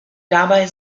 dabei